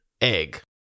egg